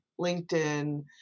LinkedIn